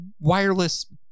wireless